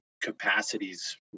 capacities